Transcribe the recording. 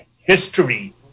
history